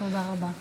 תודה רבה.